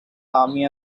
army